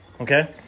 Okay